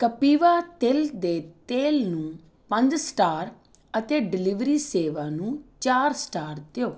ਕਪਿਵਾ ਤਿਲ ਦੇ ਤੇਲ ਨੂੰ ਪੰਜ ਸਟਾਰ ਅਤੇ ਡਿਲੀਵਰੀ ਸੇਵਾ ਨੂੰ ਚਾਰ ਸਟਾਰ ਦਿਓ